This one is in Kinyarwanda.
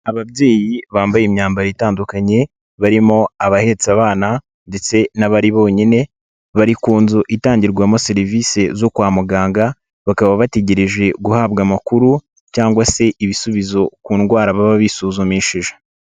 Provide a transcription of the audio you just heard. Ababyeyi bambaye imyambaro itandukanye, barimo abahetse abana ndetse n'abari bonyine, bari ku nzu itangirwamo serivisi zo kwa muganga, bakaba bategereje guhabwa amakuru cyangwa se ibisubizo ku ndwara baba bisuzumishije.